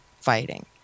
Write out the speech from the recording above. fighting